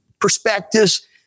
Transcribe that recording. perspectives